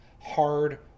hard